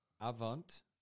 Avant